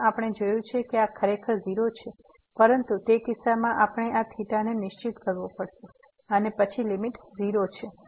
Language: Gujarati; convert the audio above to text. જેમ આપણે જોયું છે કે આ ખરેખર 0 છે પરંતુ તે કિસ્સામાં આપણે આ θ ને નિશ્ચિત કરવો પડશે અને પછી લીમીટ 0 છે